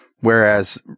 Whereas